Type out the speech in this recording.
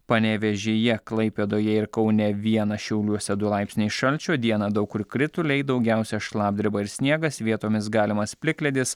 panevėžyje klaipėdoje ir kaune vienas šiauliuose du laipsniai šalčio dieną daug kur krituliai daugiausia šlapdriba ir sniegas vietomis galimas plikledis